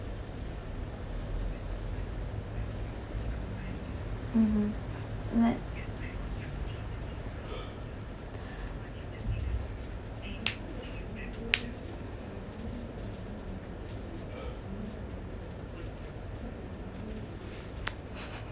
mmhmm that